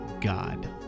god